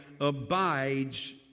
abides